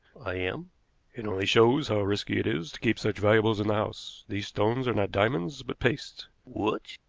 i am. it only shows how risky it is to keep such valuables in the house. these stones are not diamonds, but paste. what!